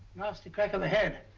nasty crack on the head.